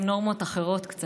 עם נורמות קצת אחרות,